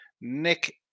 Nick